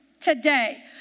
Today